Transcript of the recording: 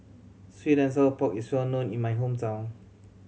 sweet and sour pork is well known in my hometown